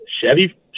Chevy